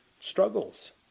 struggles